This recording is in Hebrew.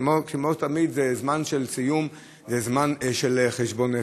כמו תמיד, זמן של סיום זה זמן של חשבון נפש.